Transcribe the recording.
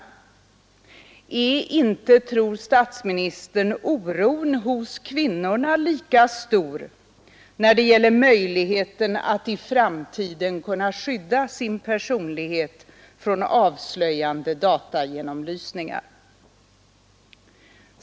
Är inte, tror statsministern, oron lika stor hos kvinnorna när det gäller möjligheten att i framtiden skydda sin personlighet från avslöjande datagenomlysningar?